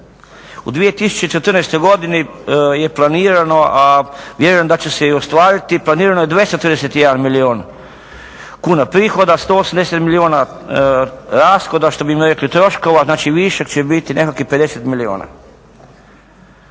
U 2014. godini je planirano a vjerujem da će se i ostvariti, planirano je 231 milijun kuna prihoda, 180 milijuna rashoda što bi mi rekli troškova. Znači višak će biti nekakvih 50 milijuna.